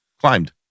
climbed